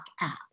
app